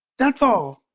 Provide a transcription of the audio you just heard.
that's all